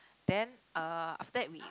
then uh after that we